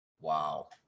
Wow